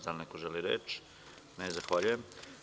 Da li neko želi reč? (Ne) Zahvaljujem.